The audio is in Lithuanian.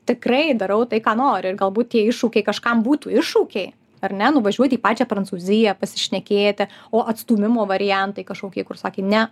tikrai darau tai ką noriu ir galbūt tie iššūkiai kažkam būtų iššūkiai ar ne nuvažiuot į pačią prancūziją pasišnekėti o atstūmimo variantai kažkokie kur sakė ne